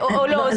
או לא.